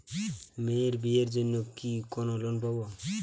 মেয়ের বিয়ের জন্য কি কোন লোন পাব?